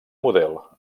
model